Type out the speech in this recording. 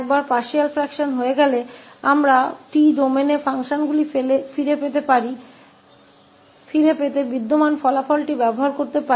एक बार आंशिक अंश हो जाने के बाद हम फंक्शनों को वापस 𝑡 डोमेन में लाने के लिए मौजूदा परिणाम का उपयोग कर सकते हैं